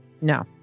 no